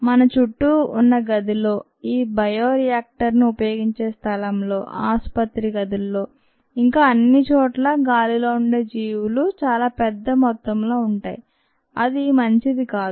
మన చుట్టూ ఉన్న ఈ గదిలో ఈ బయోరియాక్టర్ ను ఉపయోగించే స్థలంలో ఆసుపత్రి గదుల్లో ఇంకా ఎన్నో చోట్ల గాలిలో ఉండే జీవులు చాలా పెద్ద మొత్తంలో ఉంటాయి అది మంచిది కాదు